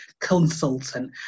consultant